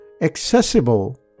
accessible